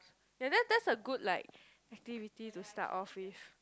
ya that's that's a good like activity to start off with